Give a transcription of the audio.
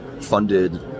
funded